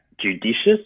judicious